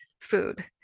food